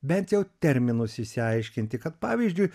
bent jau terminus išsiaiškinti kad pavyzdžiui